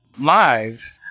live